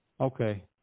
Okay